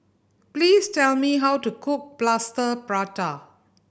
please tell me how to cook Plaster Prata